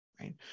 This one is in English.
right